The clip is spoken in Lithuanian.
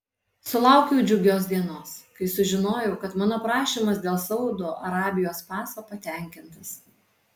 sulaukiau džiugios dienos kai sužinojau kad mano prašymas dėl saudo arabijos paso patenkintas